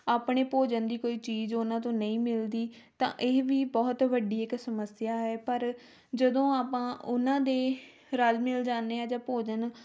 ਆਪਣੇ ਭੋਜਨ ਦੀ ਕੋਈ ਚੀਜ਼ ਉਹਨਾਂ ਤੋਂ ਨਹੀਂ ਮਿਲਦੀ ਤਾਂ ਇਹ ਵੀ ਬਹੁਤ ਵੱਡੀ ਇੱਕ ਸਮੱਸਿਆ ਹੈ ਪਰ ਜਦੋਂ ਆਪਾਂ ਉਹਨਾਂ ਦੇ ਰਲ ਮਿਲ ਜਾਂਦੇ ਹਾਂ ਜਾਂ ਭੋਜਨ